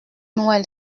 noel